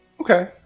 Okay